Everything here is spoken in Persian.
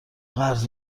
قرض